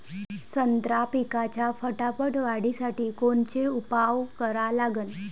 संत्रा पिकाच्या फटाफट वाढीसाठी कोनचे उपाव करा लागन?